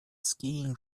skiing